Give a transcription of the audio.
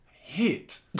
hit